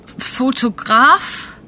Fotograf